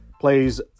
plays